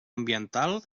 ambiental